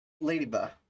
Ladybug